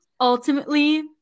ultimately